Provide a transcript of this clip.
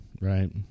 Right